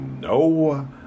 no